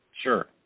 sure